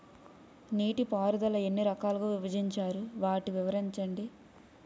నీటిపారుదల ఎన్ని రకాలుగా విభజించారు? వాటి వివరించండి?